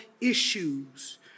issues